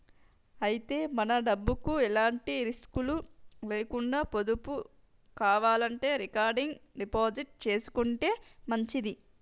అయితే మన డబ్బుకు ఎలాంటి రిస్కులు లేకుండా పొదుపు కావాలంటే రికరింగ్ డిపాజిట్ చేసుకుంటే మంచిది